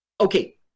Okay